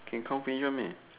can confident meh